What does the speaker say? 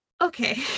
okay